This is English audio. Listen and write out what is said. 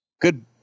good